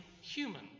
human